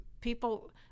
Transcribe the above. people